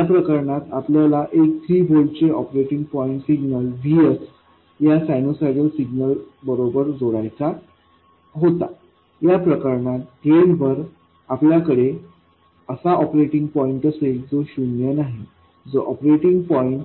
या प्रकरणात आपल्याला एक 3 व्होल्ट चे ऑपरेटिंग पॉईंट सिग्नल VSया सायनुसॉइडल सिग्नल बरोबर जोडायचा होता या प्रकरणात ड्रेन वर आपल्याकडे असा ऑपरेटिंग पॉईंट असेल जो शून्य नाही जो ऑपरेटिंग पॉईंट